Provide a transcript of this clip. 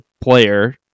player